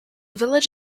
village